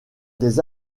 des